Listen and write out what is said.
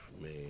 Man